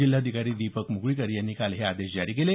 जिल्हाधिकारी दीपक मुगळीकर यांनी काल हे आदेश जारी केले